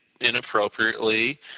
inappropriately